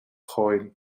gooien